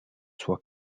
sua